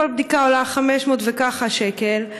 כל בדיקה עולה 500 וככה שקל,